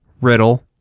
Riddle